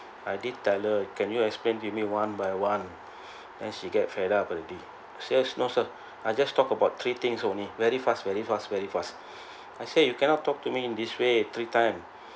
I did tell her can you explain to me one by one then she get fed up already sales no sir I just talk about three things only very fast very fast very fast I say you cannot talk to me in this way three time